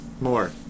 more